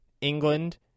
England